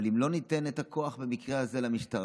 אבל אם לא ניתן את הכוח במקרה הזה למשטרה,